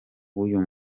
w’uyu